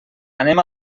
anem